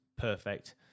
perfect